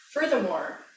Furthermore